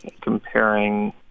comparing